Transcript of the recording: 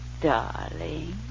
darling